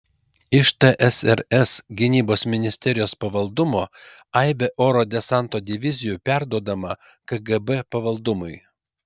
iš tsrs gynybos ministerijos pavaldumo aibė oro desanto divizijų perduodama kgb pavaldumui